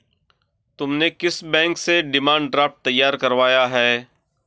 तुमने किस बैंक से डिमांड ड्राफ्ट तैयार करवाया है?